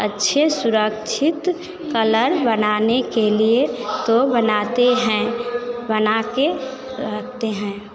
अच्छे सुरक्षित कलर बनाने के लिए तो बनाते हैं बनाकर रखते हैं